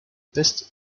best